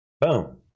Boom